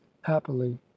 happily